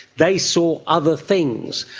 they saw other things.